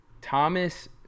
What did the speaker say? Thomas